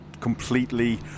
completely